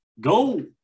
go